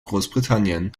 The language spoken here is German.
großbritannien